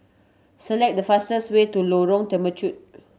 select the fastest way to Lorong Temechut